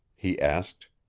he asked.